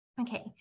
Okay